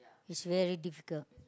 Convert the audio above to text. is very difficult